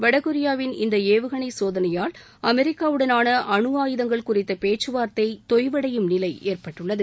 வடகொரியாவின் இந்த ஏவுகணை சோதனையால் அமெரிக்கா உடனான அணு ஆயுதங்கள் குறித்த பேச்சுவார்த்தை தொய்வடையும் நிலை ஏற்பட்டுள்ளது